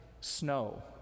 snow